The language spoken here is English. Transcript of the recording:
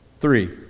Three